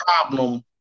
problem